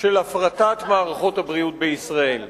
של הפרטת מערכות הבריאות בישראל.